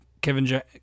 Kevin